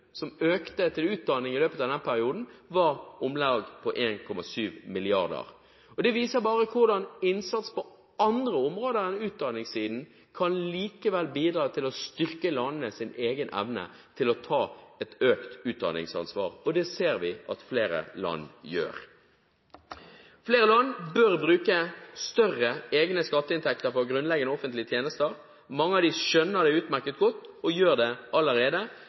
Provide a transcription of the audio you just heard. som økte etter utdanning i løpet av den perioden, var på om lag 1,7 mrd. kr. Det viser bare hvordan innsats på andre områder enn utdanningssiden likevel kan bidra til å styrke landenes egen evne til å ta et økt utdanningsansvar. Det ser vi at flere land gjør. Flere land bør bruke større egne skatteinntekter fra grunnleggende offentlige tjenester. Mange av dem skjønner det utmerket godt og gjør det allerede.